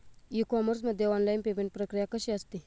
E commerce मध्ये online payment प्रक्रिया कशी असते?